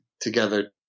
together